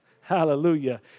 Hallelujah